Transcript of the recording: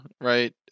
right